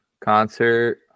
concert